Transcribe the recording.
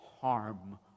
harm